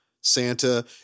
Santa